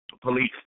Police